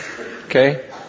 okay